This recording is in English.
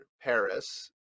Paris